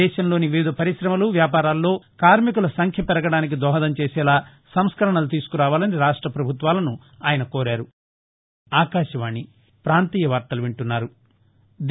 దేశంలోని వివిధ పరిశమలు వ్యాపారాల్లో కార్మికుల సంఖ్య పెరగడానికి దోహదం చేసేలా సంస్కరణలు తీసుకురావాలని రాష్ట పభుత్వాలను ఆయన కోరారు